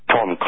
Tom